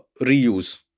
reuse